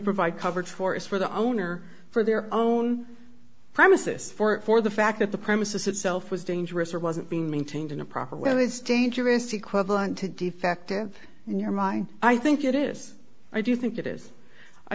provide coverage for is for the owner for their own premises for it for the fact that the premises itself was dangerous or wasn't being maintained in a proper whether it's dangerous equivalent to defective in your mind i think it is i do think it is i